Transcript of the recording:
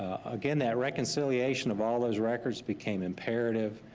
again that reconciliation of all those records became imperative,